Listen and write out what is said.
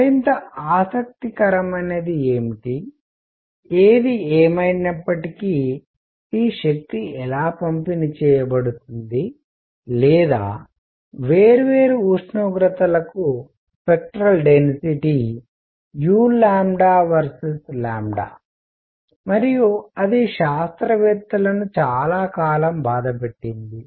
మరింత ఆసక్తికరమైనది ఏమిటి ఏది ఏమయినప్పటికీ ఈ శక్తి ఎలా పంపిణీ చేయబడుతుంది లేదా వేర్వేరు ఉష్ణోగ్రతలకు స్పెక్ట్రల్ డెన్సిటీ u vs మరియు అది శాస్త్రవేత్తలను చాలాకాలం బాధపెట్టింది